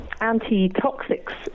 anti-toxics